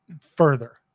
further